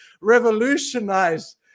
revolutionize